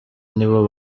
nibo